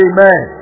Amen